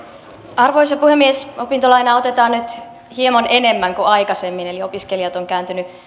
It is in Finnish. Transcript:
arvoisa puhemies opintolainaa otetaan nyt hieman enemmän kuin aikaisemmin eli opiskelijat ovat kääntyneet